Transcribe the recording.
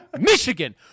Michigan